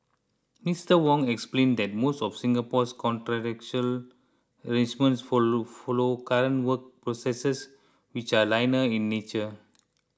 Mister Wong explained that most of Singapore's contractual arrangements follow current work processes which are linear in nature